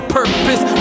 purpose